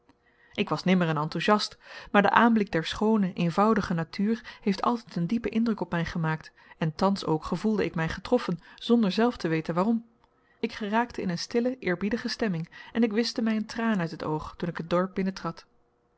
ik was nimmer een enthusiast maar de aanblik der schoone eenvoudige natuur heeft altijd een diepen indruk op mij gemaakt en thans ook gevoelde ik mij getroffen zonder zelf te weten waarom ik geraakte in een stille eerbiedige stemming en ik wischte mij een traan uit het oog toen ik het dorp